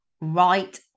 right